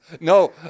No